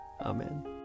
Amen